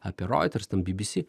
apie reuters ten bbc